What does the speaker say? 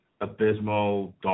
Abysmal